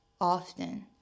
often